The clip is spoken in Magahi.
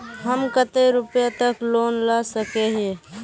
हम कते रुपया तक लोन ला सके हिये?